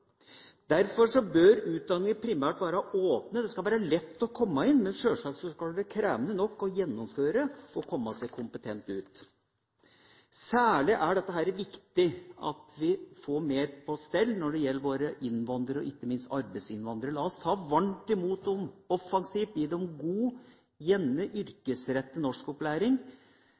Derfor bør utdanninger primært være åpne. Det skal være lett å komme inn, men sjølsagt skal det være krevende nok å gjennomføre og komme kompetent ut. Særlig er det viktig at vi får mer på stell når det gjelder våre innvandrere og ikke minst arbeidsinnvandrere. La oss ta varmt imot dem, offensivt gi dem god, gjerne yrkesrettet, norskopplæring,